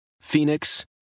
Phoenix